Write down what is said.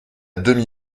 demi